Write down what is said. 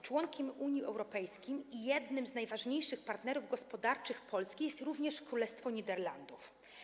Członkiem Unii Europejskiej i jednym z najważniejszych partnerów gospodarczych Polski jest Królestwo Niderlandów.